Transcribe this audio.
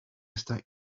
esta